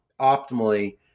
optimally